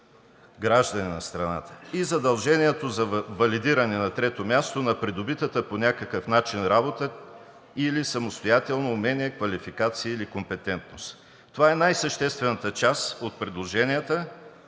граждани на страната. На трето място, задължението за валидиране на придобитата по някакъв начин работа или самостоятелно учение, квалификация или компетентност. Това е най-съществената част от предложенията,